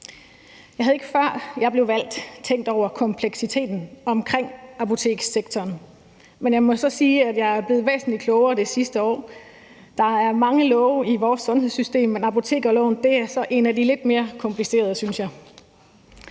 Jeg havde ikke, før jeg blev valgt, tænkt over kompleksiteten i apotekssektoren, men jeg må så sige, at jeg er blevet væsentlig klogere det sidste år. Der er mange love i vores sundhedssystem, men apotekerloven er så en af de lidt mere komplicerede, synes jeg.